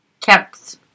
kept